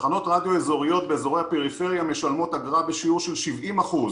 תחנות רדיו אזוריות באזורי הפריפריה משלמות אגרה בשיעור של 70 אחוזים.